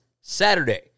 Saturday